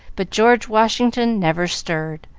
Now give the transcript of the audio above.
but george washington never stirred.